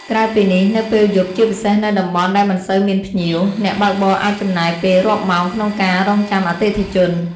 ក្រៅពីនេះ នៅពេលយប់ ជាពិសេសនៅតំបន់ដែលមិនសូវមានភ្ញៀវ អ្នកបើកបរអាចចំណាយពេលរាប់ម៉ោងក្នុងការ រង់ចាំអតិថិជន។